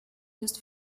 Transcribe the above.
used